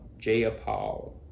Jayapal